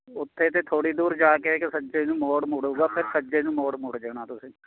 ਉੱਥੇ ਤੋਂ ਥੋੜ੍ਹੀ ਦੂਰ ਜਾ ਕੇ ਇੱਕ ਸੱਜੇ ਨੂੰ ਮੋੜ ਮੁੜੂਗਾ ਫਿਰ ਸੱਜੇ ਨੂੰ ਮੋੜ ਮੁੜ ਜਾਣਾ ਤੁਸੀਂ